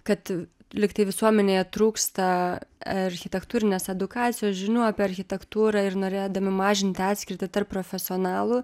kad lyg tai visuomenėje trūksta architektūrinės edukacijos žinių apie architektūrą ir norėdami mažinti atskirtį tarp profesionalų